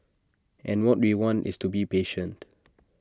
and what we want is to be patient